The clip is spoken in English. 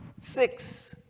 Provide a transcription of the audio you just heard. six